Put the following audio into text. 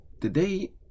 today